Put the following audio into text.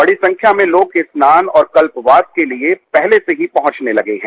बड़ी संख्या में लोग स्नान और कल्पवास के लिए पहले से ही पहुंचने लगे हैं